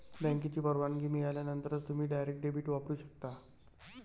बँकेची परवानगी मिळाल्यानंतरच तुम्ही डायरेक्ट डेबिट वापरू शकता